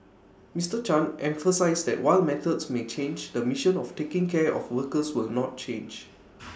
Mr chan emphasised that while methods may change the mission of taking care of workers will not change